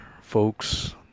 folks